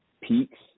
peaks